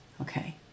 Okay